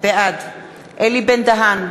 בעד אלי בן-דהן,